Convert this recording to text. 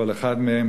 לכל אחד מהם.